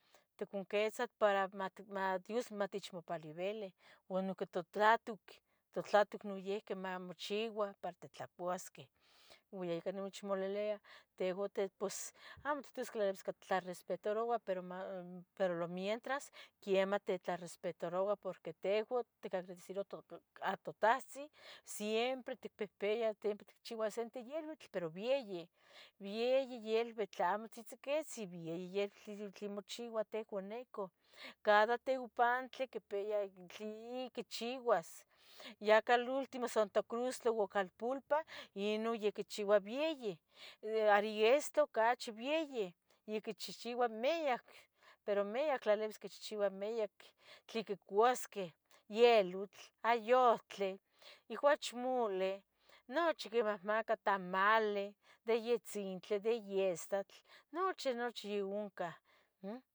toconquitzah para mat, ma Dios amtechmopalebili, ua noihqui totlatuc, totlatuc noihqui mamochiua para titlacuasuqeh. Ua ya ica non namechmolbilia tehua ti pos, amo ittosqueh tlalibisca ittlarespetarouah, pero ma, pero lo mientras quiemah titlarespetarouah porque tehua ticagradecirouah tu tu a toTahtzi, siempre ticpihpiah, timpre ticchiua senti yiluitl pero bieyi yiluitl, amo tzitzicotzin bieyi yiluitl mochiua tehua nican. Cada teopantli quipia tle iquichibas, yacah lultimo Santa Crustli u Calpulpa yeh ino yaquichiba bieyi, ya ri Diestro ocachi bieyi, ya quichihchib miac, pero miac tlalibis quichihchiba miac, tlen quicuasqueh, yielutl, ayuhtli, uachmule, nochi quimahmaca, tamale de yetzintli, de yeistla, nochi nochi oncah. Um.